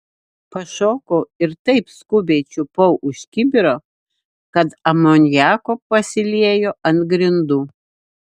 pašokau ir taip skubiai čiupau už kibiro kad amoniako pasiliejo ant grindų